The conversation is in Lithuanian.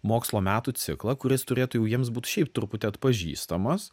mokslo metų ciklą kuris turėtų jau jiems būt šiaip truputį atpažįstamas